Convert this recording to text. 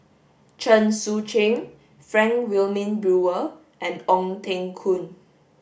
Chen Sucheng Frank Wilmin Brewer and Ong Teng Koon